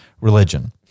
religion